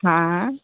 हाँ